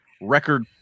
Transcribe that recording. record